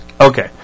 Okay